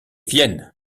vienne